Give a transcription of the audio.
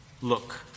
Look